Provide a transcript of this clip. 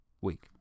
week